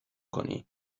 کنی